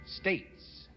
States